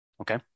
Okay